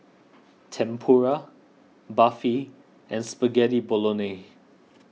Tempura Barfi and Spaghetti Bolognese